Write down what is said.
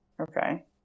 Okay